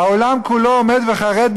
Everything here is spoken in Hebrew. העולם כולו עומד חרד,